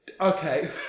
Okay